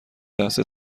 لحظه